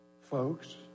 Folks